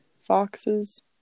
foxes